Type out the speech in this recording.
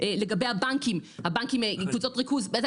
איפה אתם עם הבנקים, השחקנים הכי חזקים במשק,